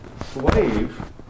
slave